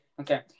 Okay